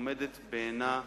שעומדת בעינה,